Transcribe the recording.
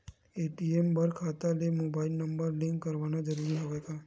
ATM बर खाता ले मुबाइल नम्बर लिंक करवाना ज़रूरी हवय का?